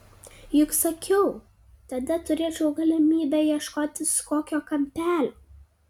juk sakiau tada turėčiau galimybę ieškotis kokio kampelio